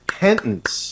penance